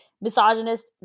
misogynist